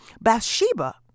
Bathsheba